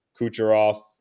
Kucherov